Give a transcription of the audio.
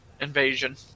invasion